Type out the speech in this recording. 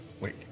Wait